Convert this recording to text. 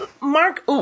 Mark